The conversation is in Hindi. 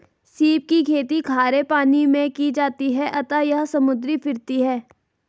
सीप की खेती खारे पानी मैं की जाती है अतः यह समुद्री फिरती है